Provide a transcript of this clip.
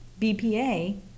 BPA